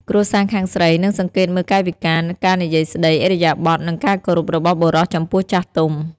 គ្រួសារខាងស្រី និងសង្កេតមើលកាយវិការ ការនិយាយស្តី ឥរិយាបថ និងការគោរពរបស់បុរសចំពោះចាស់ទុំ។